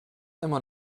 immer